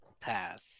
pass